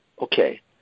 Okay